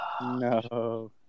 No